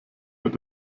mit